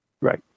Right